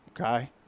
okay